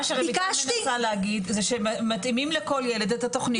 ביקשתי --- מה שרויטל רוצה להגיד זה שמתאימים לכל ילד את התוכנית.